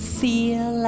feel